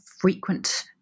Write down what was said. frequent